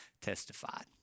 testified